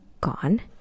gone